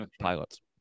pilots